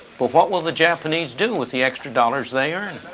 but what will the japanese do with the extra dollars they earn?